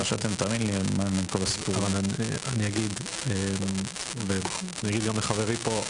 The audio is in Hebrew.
אני אגיד גם לחברי פה,